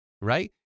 right